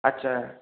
আচ্ছা